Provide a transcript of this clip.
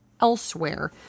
elsewhere